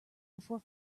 before